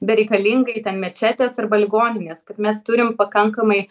bereikalingai ten mečetės arba ligoninės kad mes turim pakankamai